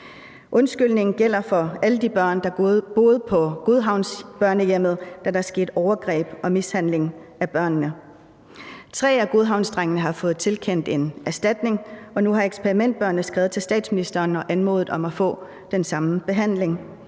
Undskyldningen gælder for alle de børn, der boede på børnehjemmet i Godhavn, da der skete overgreb og mishandling af børnene. Tre af Godhavnsdrengene har fået tilkendt en erstatning, og nu har eksperimentbørnene skrevet til statsministeren og anmodet om at få den samme behandling.